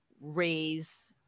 raise